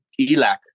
ELAC